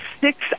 six